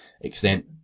extent